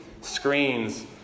screens